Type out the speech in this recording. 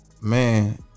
man